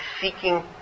seeking